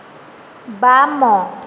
ବାମ